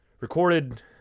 recorded